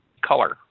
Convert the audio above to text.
color